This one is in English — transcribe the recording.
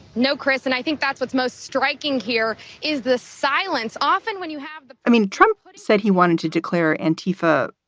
no, chris. and i think that's what's most striking here is the silence often when you have i mean, trump said he wanted to declare an tifa,